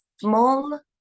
small